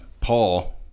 Paul